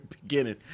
beginning